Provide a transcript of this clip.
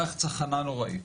ריח צחנה נוראי.